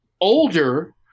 older